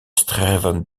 streven